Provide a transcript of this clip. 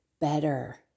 better